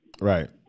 Right